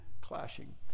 clashing